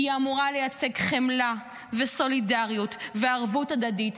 היא אמורה לייצג חמלה וסולידריות וערבות הדדית.